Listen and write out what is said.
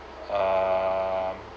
um